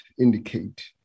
indicate